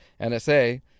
NSA